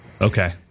Okay